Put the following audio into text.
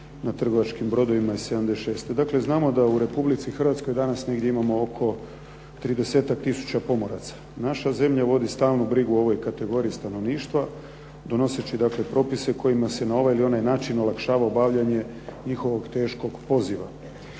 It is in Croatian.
na trgovačkim brodovima iz 76. Dakle, znamo da u Republici Hrvatskoj danas imamo negdje oko tridesetak tisuća pomoraca. Naša zemlja vodi stalnu brigu o ovoj kategoriji stanovništva donoseći dakle propise kojima se na ovaj ili onaj način olakšava obavljanje njihovog teškog poziva.